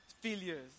failures